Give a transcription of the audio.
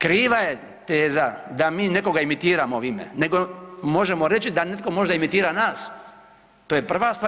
Kriva je teza da mi nekoga imitiramo ovime nego možemo reći da netko možda imitira nas, to je prva stvar.